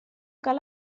cal